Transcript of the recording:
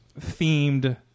themed